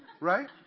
Right